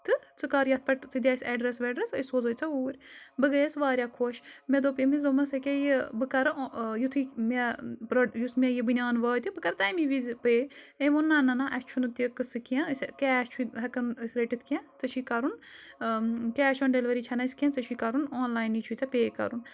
تہٕ ژٕ کَر یَتھ پٮ۪ٹھ ژٕ دِ اَسہِ اٮ۪ڈرٮ۪س وٮ۪ڈرٮ۪س أسۍ سوزوے ژےٚ اوٗرۍ بہٕ گٔیَس واریاہ خۄش مےٚ دوٚپ أمِس دوٚپمَس ییٚکیٛاہ یہِ بہٕ کَرٕ یِتھُے مےٚ یُس مےٚ یہِ بٔنیٛان واتہِ بہٕ کَرٕ تَمی وِزِ پے أمۍ ووٚن نہ نہ نہ اَسہِ چھُنہٕ تہِ قٕصہٕ کینٛہہ اَسہِ کیش چھُ ہٮ۪کان أسۍ رٔٹِتھ کینٛہہ ژےٚ چھی کَرُن کیش آن ڈٮ۪لؤری چھَںہٕ اَسہِ کینٛہہ ژےٚ چھی کَرُن آن لاینٕے چھی ژےٚ پے کَرُن